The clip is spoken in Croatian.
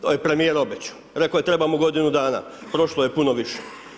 To je premjer obećao, rekao je treba mu godinu dana, prošlo je puno više.